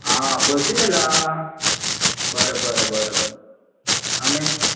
आं बसीन आयलाय बरें बरें बरें बरें आनी